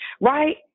right